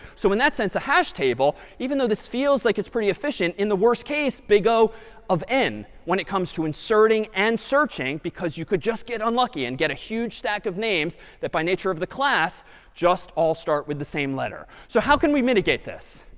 so in that sense, a hash table, even though this feels like it's pretty efficient, in the worst case, big o of n, when it comes to inserting and searching, because you could just get unlucky and get a huge stack of names that by nature of the class just all start with the same letter. so how can we mitigate this?